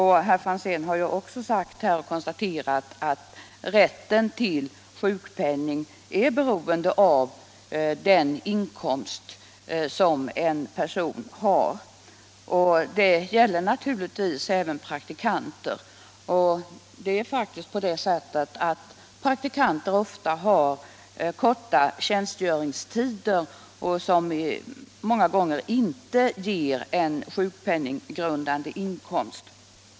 Herr Franzén har här konstaterat att rätten till sjukpenning är beroende av den inkomst som en person har. Det gäller naturligtvis även praktikanter. Det är faktiskt på det sättet att praktikanter ofta har korta tjänstgöringstider, som många gånger inte ger en sjukpenninggrundande inkomst.